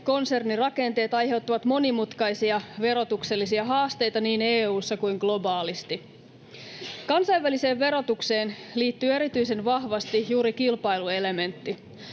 konsernirakenteet aiheuttavat monimutkaisia verotuksellisia haasteita niin EU:ssa kuin globaalisti. Kansainväliseen verotukseen liittyy erityisen vahvasti juuri kilpailuelementti.